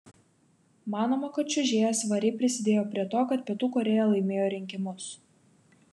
manoma kad čiuožėja svariai prisidėjo prie to kad pietų korėja laimėjo rinkimus